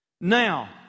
Now